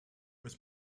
was